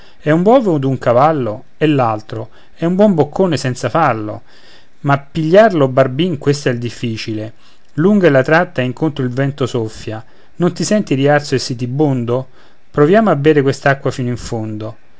è un bove od un cavallo e l'altro è un buon boccone senza fallo ma pigliarlo barbin questo è il difficile lunga è la tratta e incontro il vento soffia non ti senti riarso e sitibondo proviamo a ber quest'acqua fino in fondo